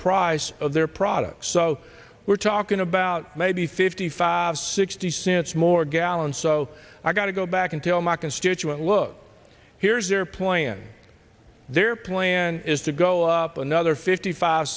price of their products so we're talking about maybe fifty five sixty cents more a gallon so i've got to go back and tell my constituents look here's their plan their plan is to go up another fifty five